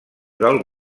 del